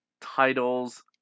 Titles